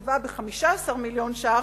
תוקצבה ב-15 מיליון שקל,